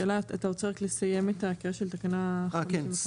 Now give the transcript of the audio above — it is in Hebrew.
אתה רוצה רק לסיים את ההקראה של תקנה 55?